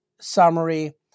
summary